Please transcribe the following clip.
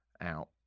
out